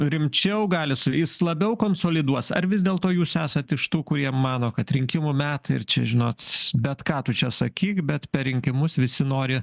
rimčiau gali su jais labiau konsoliduos ar vis dėlto jūs esat iš tų kurie mano kad rinkimų metai ir čia žinot bet ką tu čia sakyk bet per rinkimus visi nori